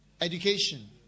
education